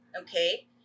okay